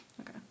Okay